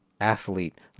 athlete